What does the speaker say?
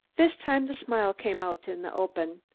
this time the smile came out in the open.